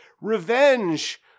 revenge